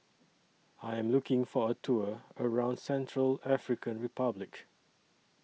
I Am looking For A Tour around Central African Republic